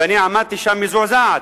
ואני עמדתי שם מזועזעת.